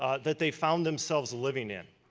ah that they found themselves living in.